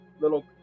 little